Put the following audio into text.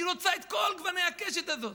אני רוצה את כל גווני הקשת הזאת.